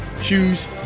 shoes